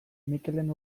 mikelen